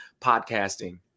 podcasting